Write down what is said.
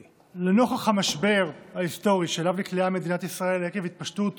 לנוכח המשבר ההיסטורי שאליו נקלעה מדינת ישראל עקב התפשטות